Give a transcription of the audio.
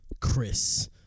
Chris